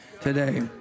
today